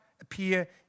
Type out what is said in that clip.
appear